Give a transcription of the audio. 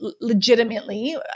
legitimately